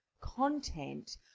content